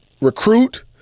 recruit